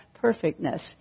perfectness